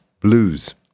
Blues